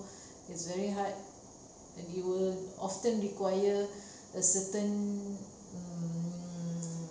it's very hard and you will often require a certain mm